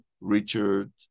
Richard